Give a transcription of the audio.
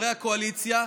לחברי הקואליציה,